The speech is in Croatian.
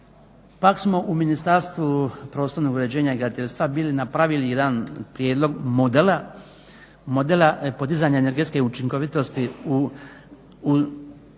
Pa smo u Ministarstvu prostornog uređenja i graditeljstva bili napravili jedan prijedlog modela podizanja energetske učinkovitosti u